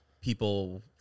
people